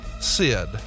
Sid